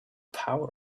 power